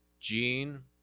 gene